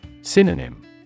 Synonym